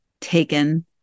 taken